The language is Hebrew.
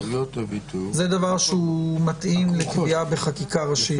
זה דבר שמתאים לקביעה בחקיקה ראשית?